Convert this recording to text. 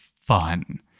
fun